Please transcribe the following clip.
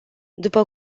după